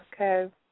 Okay